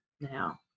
now